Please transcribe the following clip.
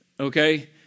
Okay